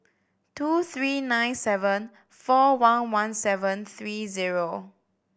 two three nine seven four one one seven three zero